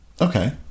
Okay